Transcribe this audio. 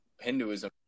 Hinduism